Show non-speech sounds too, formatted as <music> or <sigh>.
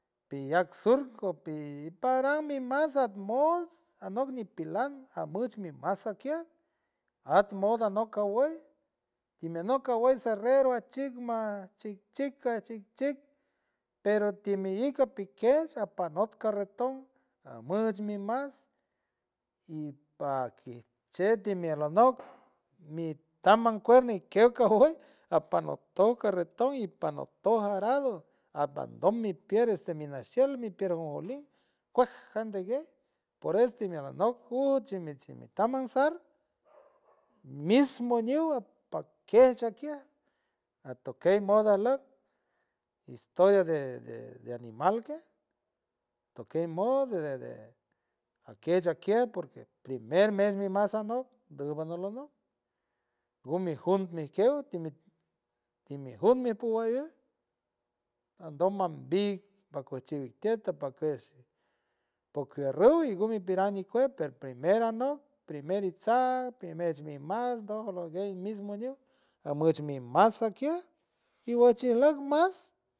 Piyac surco pi paran mi mas at mod anok ñipelan atmuch mi mas akiej at modo anok kawey y mi anok kawey cerrero ajchik ma chik chik aj chik chik pero timi ik api kej apenok carreton amush mi mas y pajkiej chej timiel alanok <noise> mi taman cuer mi creo jajojuelt apanok tow carreton y pajnotow ajarado apandom mi pier este mi nashiel mi pier ajonjolí kuej jan diguiey por es timi alanok uj chimi chimi tá mansar <noise> mismo ñiw apakesh akiej atokey modo ajlock historia de- de animal kej atokey mod de de akiesh akiet porque primer mes nimas anok dubala anok gumi jon mij kew timi timi jun mi puj walley andom mambí pakuej chiw tiet sapakuesh poj kiaj riuw y gumi piran ñikuej pero primer anok primer itsaj primer mi mas doj loguey mismo ñiw amuch mi mas akiej y wachi ajleck mas.